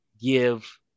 give